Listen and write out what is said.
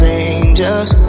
angels